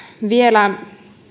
vielä